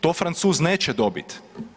To Francuz neće dobiti.